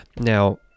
now